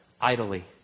idly